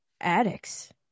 addicts